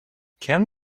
can